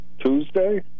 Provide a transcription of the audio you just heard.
Tuesday